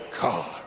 God